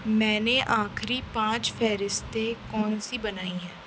میں نے آخری پانچ فہرستیں کون سی بنائی ہیں